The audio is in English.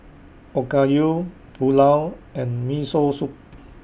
Okayu Pulao and Miso Soup